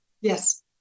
Yes